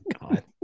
God